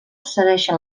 segueixen